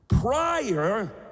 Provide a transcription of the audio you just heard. prior